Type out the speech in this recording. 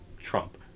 Trump